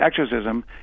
Exorcism